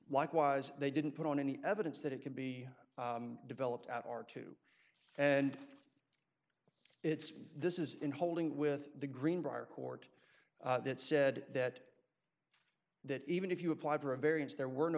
likewise they didn't put on any evidence that it could be developed at are two and it's this is in holding with the greenbrier court that said that that even if you applied for a variance there were no